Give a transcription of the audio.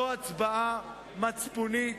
זאת הצבעה מצפונית.